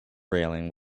railing